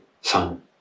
Son